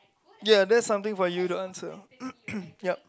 ya that's something for you to answer yup